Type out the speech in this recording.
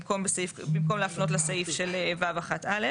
במקום להפנות לסעיף של (ו1)(א).